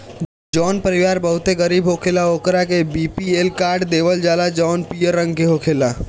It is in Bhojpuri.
जवन परिवार बहुते गरीब होखेला ओकरा के बी.पी.एल कार्ड देवल जाला जवन पियर रंग के होखेला